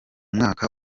mwaka